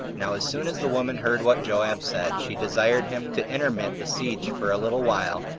now as soon as the woman heard what joab said, she desired him to intermit the siege for a little while,